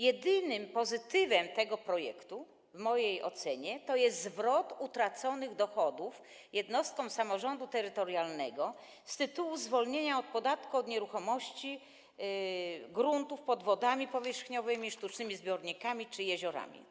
Jedynym pozytywem tego projektu w mojej ocenie jest zwrot utraconych dochodów jednostkom samorządu terytorialnego z tytułu zwolnienia od podatku od nieruchomości gruntów pod wodami powierzchniowymi, sztucznymi zbiornikami czy jeziorami,